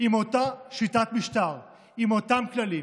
עם אותה שיטת משטר, עם אותם כללים,